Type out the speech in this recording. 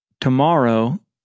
tomorrow